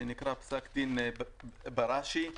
פסק דין בראשי,